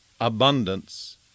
abundance